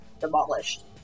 demolished